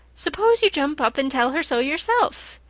suppose you jump up and tell her so yourself,